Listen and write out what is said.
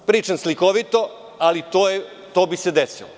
Pričam slikovito, ali to bi se desilo.